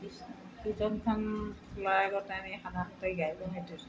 আমি সাধাৰণতে